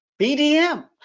BDM